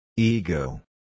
Ego